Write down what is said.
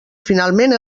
finalment